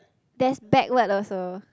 there's backward also